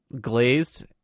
glazed